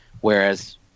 whereas